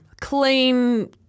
Clean